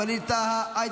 ווליד טאהא,